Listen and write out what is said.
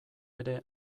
ere